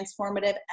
transformative